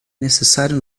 necessário